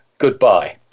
goodbye